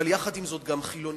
אבל יחד עם זאת גם חילוניות,